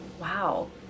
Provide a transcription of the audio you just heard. Wow